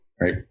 right